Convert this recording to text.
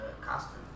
costume